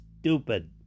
stupid